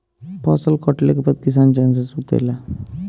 फसल कटले के बाद किसान चैन से सुतेला